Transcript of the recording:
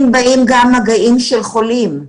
באים גם כתוצאה ממגעים עם חולים.